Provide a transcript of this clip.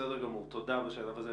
בסדר גמור, תודה בשלב הזה.